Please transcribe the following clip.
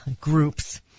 groups